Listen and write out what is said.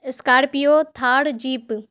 scorpio Thar jeep